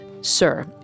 Sir